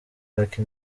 lucky